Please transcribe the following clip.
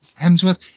Hemsworth